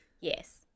Yes